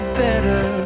better